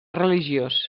religiós